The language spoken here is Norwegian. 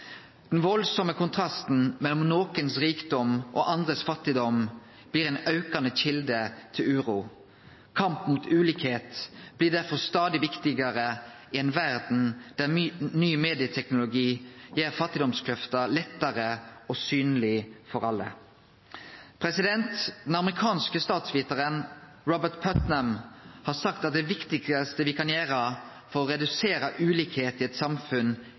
Den veldige kontrasten mellom enkeltes rikdom og andres fattigdom blir ei aukande kjelde til uro. Kampen mot ulikskap blir derfor stadig viktigare i ei verd der ny medieteknologi gjer fattigdomskløfta lettare synleg for alle. Den amerikanske statsvitaren Robert Putnam har sagt at det viktigaste me kan gjere for å redusere ulikskap i eit samfunn,